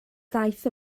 ddaeth